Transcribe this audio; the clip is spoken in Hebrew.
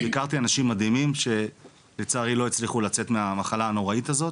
הכרתי אנשים מדהימים שלצערי לא הצליחו לצאת מהמחלה הנוראית הזו,